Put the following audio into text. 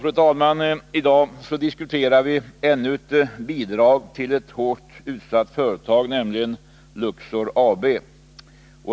Fru talman! I dag diskuterar vi ännu ett bidrag till ett hårt utsatt företag, nämligen Luxor AB.